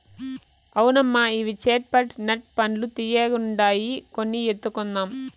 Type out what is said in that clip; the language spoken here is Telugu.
అవునమ్మా ఇవి చేట్ పట్ నట్ పండ్లు తీయ్యగుండాయి కొన్ని ఎత్తుకుందాం